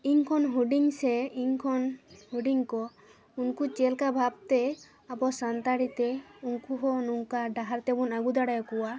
ᱤᱧᱠᱷᱚᱱ ᱦᱩᱰᱤᱝ ᱥᱮ ᱤᱧ ᱠᱷᱚᱱ ᱦᱩᱰᱤᱝ ᱠᱚ ᱩᱱᱠᱩ ᱪᱮᱫᱞᱮᱠᱟ ᱵᱷᱟᱵᱛᱮ ᱟᱵᱚ ᱥᱟᱱᱛᱟᱲᱤᱛᱮ ᱩᱱᱠᱩ ᱦᱚᱸ ᱱᱚᱝᱠᱟ ᱰᱟᱦᱟᱨ ᱛᱮᱵᱚᱱ ᱟᱹᱜᱩ ᱫᱟᱲᱮᱣᱟᱠᱚᱣᱟ